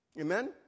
Amen